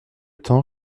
temps